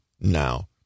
now